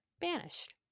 banished